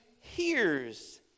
hears